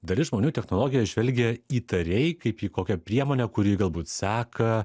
dalis žmonių į technologijas žvelgia įtariai kaip į kokią priemonę kurį galbūt seka